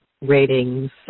ratings